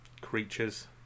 creatures